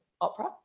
opera